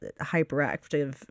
hyperactive